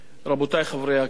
רבותי חברי הכנסת,